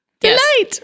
Delight